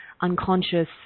unconscious